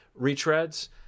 retreads